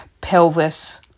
pelvis